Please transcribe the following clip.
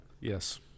Yes